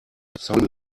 some